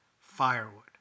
firewood